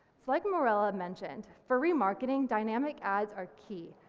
like mirella mentioned, for remarketing dynamic ads are key,